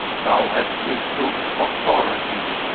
thou hast withstood authority,